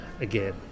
again